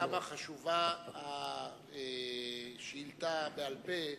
זה מראה כמה חשובה השאילתא בעל-פה,